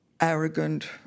arrogant